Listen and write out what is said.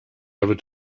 ever